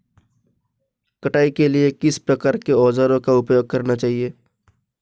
कटाई के लिए किस प्रकार के औज़ारों का उपयोग करना चाहिए?